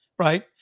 Right